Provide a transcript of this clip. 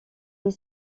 est